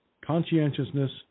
conscientiousness